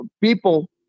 people